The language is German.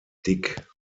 dick